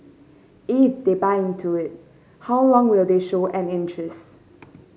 if they buy into it how long will they show an interest